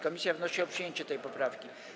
Komisja wnosi o przyjęcie tej poprawki.